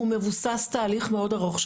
הוא מבוסס תהליך מאוד ארוך,